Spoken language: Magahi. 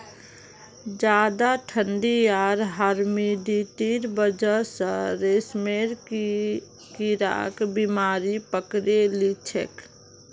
ज्यादा ठंडी आर ह्यूमिडिटीर वजह स रेशमेर कीड़ाक बीमारी पकड़े लिछेक